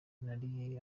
hari